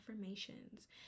affirmations